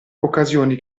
occasioni